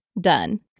done